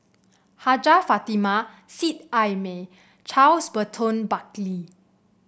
Hajjah Fatimah Seet Ai Mee Charles Burton Buckley